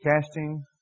Casting